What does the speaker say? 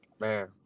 Man